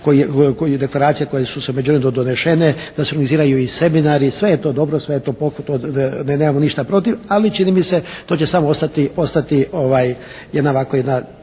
koje su u međuvremenu donešene, da se organiziraju i seminari. I sve je to dobro i sve je to …/Govornik se ne razumije./… i nemamo ništa protiv ali čini mi se to će samo ostati jedna simpatična